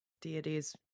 deities